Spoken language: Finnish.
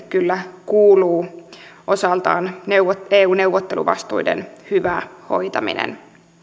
kyllä kuuluu osaltaan vastuuministerillemme kimmo tiilikaiselle eu neuvotteluvastuiden hyvästä hoitamisesta